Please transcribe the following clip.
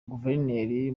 guverineri